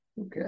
Okay